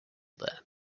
there